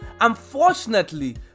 Unfortunately